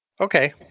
Okay